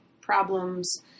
problems